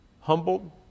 Humbled